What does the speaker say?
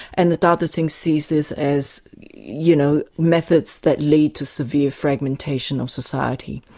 and the dao de jing sees this as you know methods that lead to severe fragmentation of society.